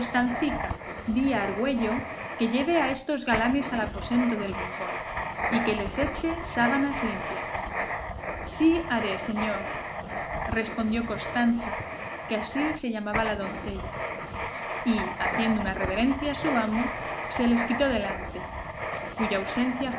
di a argüello que lleve a estos galanes al aposento del rincón y que les eche sábanas limpias sí haré señor respondió costanza que así se llamaba la doncella y haciendo una reverencia a su amo se les quitó delante cuya ausencia